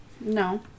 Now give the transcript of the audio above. No